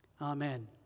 Amen